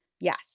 Yes